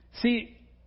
See